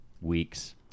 weeks